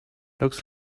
looks